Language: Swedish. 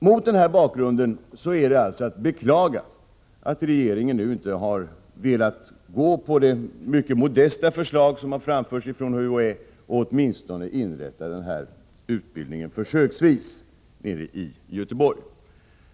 Mot den bakgrunden är det att beklaga att regeringen inte har velat ställa sig bakom UHÄ:s mycket modesta förslag och åtminstone försöksvis inrättar utbildningen i Göteborg.